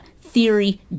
theory